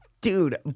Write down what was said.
Dude